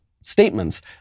statements